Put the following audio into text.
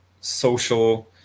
social